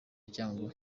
cyangugu